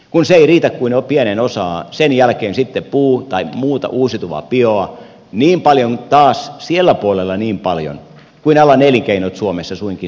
kun se ei riitä kuin pieneen osaan sen jälkeen sitten puuta tai muuta uusiutuvaa bioa niin paljon taas siellä puolella kuin alan elinkeinot suomessa suinkin hyväksyvät